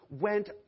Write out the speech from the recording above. went